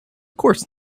course